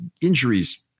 injuries